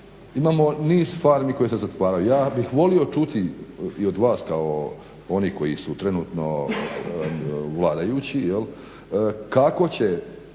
Imamo niz farmi koje se zatvaraju. Ja bih volio čuti i od vas kao onih koji su trenutno vladajući jel' kako će